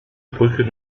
brücken